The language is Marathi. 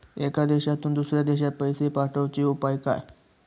एका देशातून दुसऱ्या देशात पैसे पाठवचे उपाय काय?